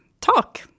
talk